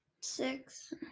Six